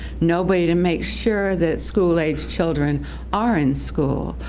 nobody to make sure that school-aged children are in school,